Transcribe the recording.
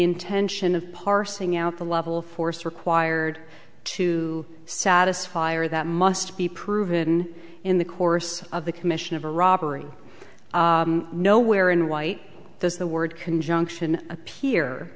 intention of parsing out the level of force required to satisfy or that must be proven in the course of the commission of a robbery no where in white there's the word conjunction appear